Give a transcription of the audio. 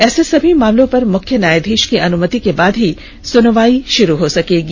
ऐसे सभी मामलों पर मुख्य न्यायाधीष की अनुमति के बाद ही सुनवाई शुरू हो सकेगी